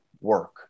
work